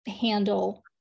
handle